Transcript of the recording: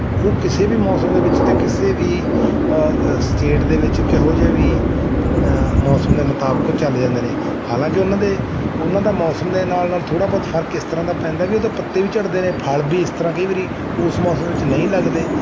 ਉਹ ਕਿਸੇ ਵੀ ਮੌਸਮ ਦੇ ਵਿੱਚ ਅਤੇ ਕਿਸੇ ਵੀ ਸਟੇਟ ਦੇ ਵਿੱਚ ਕਿਹੋ ਜਿਹੇ ਵੀ ਮੌਸਮ ਦੇ ਮੁਤਾਬਿਕ ਉਹ ਚੱਲ ਜਾਂਦੇ ਨੇ ਹਾਲਾਂਕਿ ਉਹਨਾਂ ਦੇ ਉਹਨਾਂ ਦਾ ਮੌਸਮ ਦੇ ਨਾਲ ਨਾਲ ਥੋੜਾ ਬਹੁਤ ਫਰਕ ਇਸ ਤਰ੍ਹਾਂ ਦਾ ਪੈਂਦਾ ਵੀ ਉਹਦੇ ਪੱਤੇ ਵੀ ਝੜਦੇ ਨੇ ਫਲ ਵੀ ਇਸ ਤਰ੍ਹਾਂ ਕਈ ਵਾਰੀ ਉਸ ਮੌਸਮ ਵਿੱਚ ਨਹੀਂ ਲੱਗਦੇ